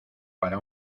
para